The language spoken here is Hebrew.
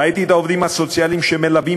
ראיתי את העובדים הסוציאליים שמלווים